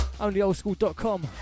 OnlyOldSchool.com